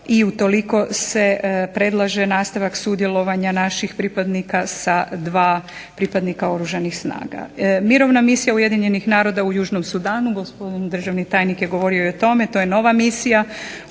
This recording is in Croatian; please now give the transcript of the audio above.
i utoliko se predlaže nastavak sudjelovanja naših pripadnika sa 2 pripadnika Oružanih snaga. Mirovna misija Ujedinjenih naroda u Južnom Sudanu, gospodin državni tajnik je govorio o tome, to je nova misija,